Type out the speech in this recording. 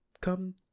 come